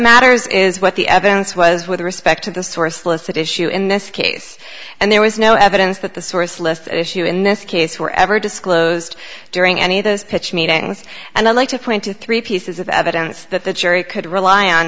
matters is what the evidence was with respect to the source listed issue in this case and there was no evidence that the source left issue in this case were ever disclosed during any of those pitch meetings and i'd like to point to three pieces of evidence that the jury could rely on